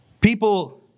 People